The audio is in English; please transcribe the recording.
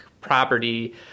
property